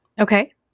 Okay